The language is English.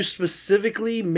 specifically